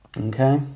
Okay